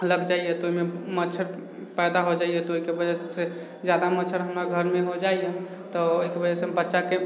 लागि जाइया ओहिमे मच्छर पैदा हो जाइया तऽ ओकर वजहसँ जादा मच्छर हमरा घरमे हो जाइया तऽ एहिके वजहसँ बच्चाके